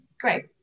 great